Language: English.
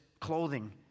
clothing